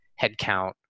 headcount